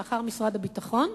לאחר משרד הביטחון,